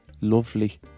lovely